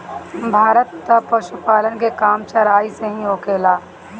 भारत में तअ पशुपालन के काम चराई पे ही होखेला